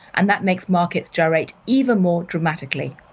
and that makes markets gyrate even more dramatically.